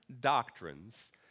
doctrines